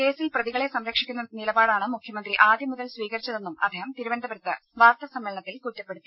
കേസിൽ പ്രതികളെ സംരക്ഷിക്കുന്ന നിലപാടാണ് മുഖ്യമന്ത്രി ആദ്യം മുതൽ സ്വീകരിച്ചതെന്നും അദ്ദേഹം തിരുവനന്തപുരത്ത് വാർത്താ സമ്മേളനത്തിൽ കുറ്റപ്പെടുത്തി